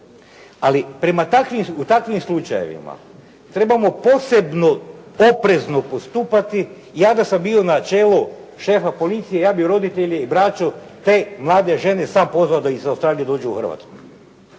u takvim slučajevima trebamo posebno oprezno postupati. Ja da sam bio na čelu šefa policije ja bih roditelje i braću te mlade žene sam pozvao da iz Australije dođu u Hrvatsku.